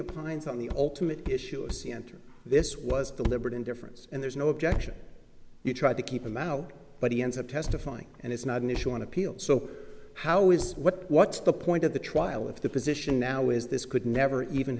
opponents on the ultimate issue a c enter this was deliberate indifference and there's no objection you try to keep him out but he ends up testifying and it's not an issue on appeal so how is what what's the point of the trial if the position now is this could never even